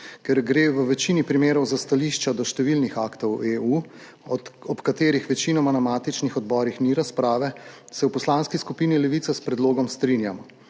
Ker gre v večini primerov za stališča do številnih aktov EU, ob katerih večinoma na matičnih odborih ni razprave, se v Poslanski skupini Levica s predlogom strinjamo.